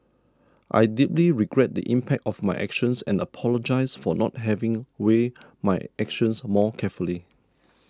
I deeply regret the impact of my actions and apologise for not having weighed my actions more carefully